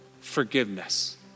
Forgiveness